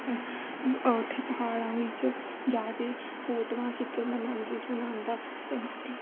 ਉੱਥੇ ਪਹਾੜਾਂ ਵਿੱਚ ਜਾ ਕੇ ਫੋਟੋਆਂ ਖਿੱਚਣ ਦਾ ਮੈਮਰੀਜ਼ ਬਣਾਉਣ ਦਾ